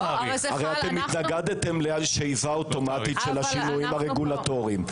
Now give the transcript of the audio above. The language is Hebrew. הרי התנגדתם לשאיבה אוטומטית של השינויים הרגולטורים,